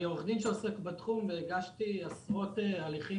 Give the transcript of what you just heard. אני עורך דין שעוסק בתחום והגשתי עשרות הליכים